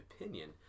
opinion